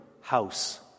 house